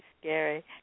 scary